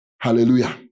Hallelujah